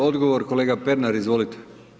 Odgovor, kolega Pernar, izvolite.